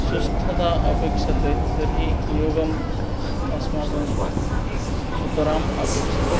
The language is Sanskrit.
स्वस्थता अपेक्ष्यते तर्हि योगः अस्माकं सुतराम् अपेक्ष्यते